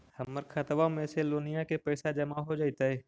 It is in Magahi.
हमर खातबा में से लोनिया के पैसा जामा हो जैतय?